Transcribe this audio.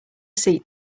seat